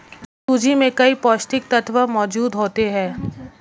सूजी में कई पौष्टिक तत्त्व मौजूद होते हैं